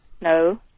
no